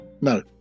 No